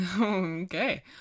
Okay